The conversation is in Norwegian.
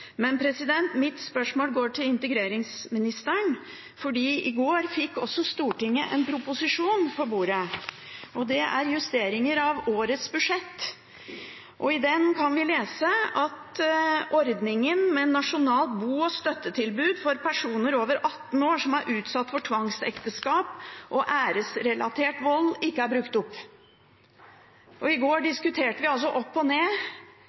Men mitt spørsmål går til integreringsministeren, fordi i går fikk Stortinget en proposisjon på bordet, og det er justeringer av årets budsjett. I den kan vi lese at midlene til ordningen med nasjonalt bo- og støttetilbud for personer over 18 år som er utsatt for tvangsekteskap og æresrelatert vold, ikke er brukt opp, og i går diskuterte vi altså opp og ned